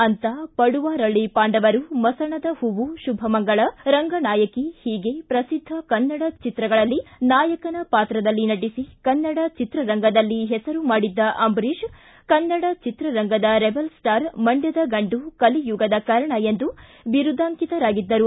ಅಂತ ಪಡುವಾರಳ್ಳ ಪಾಂಡವರು ಮಸಣದ ಹೂವು ಶುಭಮಂಗಳ ರಂಗನಾಯಕಿ ಹೀಗೆ ಪ್ರಸಿದ್ದ ಕನ್ನಡ ಚಿತ್ರಗಳಲ್ಲಿ ನಾಯಕನ ಪಾತ್ರದಲ್ಲಿ ನಟಿಸಿ ಕನ್ನಡ ಚಿತ್ರರಂಗದಲ್ಲಿ ಹೆಸರು ಮಾಡಿದ್ದ ಅಂಬರೀಷ್ ಕನ್ನಡ ಚಿತ್ರ ರಂಗದ ರೆಬೆಲ್ ಸ್ಟಾರ್ ಮಂಡ್ನದ ಗಂಡು ಕಲಿಯುಗದ ಕರ್ಣ ಎಂದು ಬಿರುದಾಂಕಿತರಾಗಿದ್ದರು